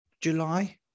July